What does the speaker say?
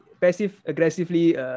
passive-aggressively